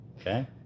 Okay